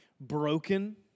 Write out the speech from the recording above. Broken